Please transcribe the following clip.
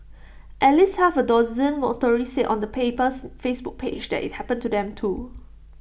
at least half A dozen motorists said on the paper's Facebook page that IT happened to them too